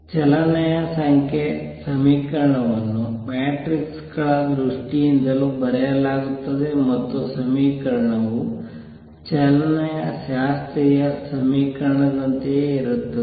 ಚಲನೆಯ ಸಂಖ್ಯೆ 2 ಸಮೀಕರಣವನ್ನು ಮ್ಯಾಟ್ರಿಕ್ಸ್ ಗಳ ದೃಷ್ಟಿಯಿಂದಲೂ ಬರೆಯಲಾಗುತ್ತದೆ ಮತ್ತು ಸಮೀಕರಣವು ಚಲನೆಯ ಶಾಸ್ತ್ರೀಯ ಸಮೀಕರಣದಂತೆಯೇ ಇರುತ್ತದೆ